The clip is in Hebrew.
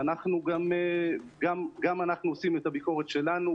גם אנחנו עושים את הביקורת שלנו,